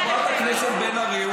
חברת הכנסת בן ארי,